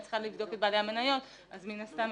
צריכה לבדוק את בעלי המניות אז מן הסתם,